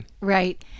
Right